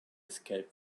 escape